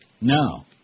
No